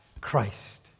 Christ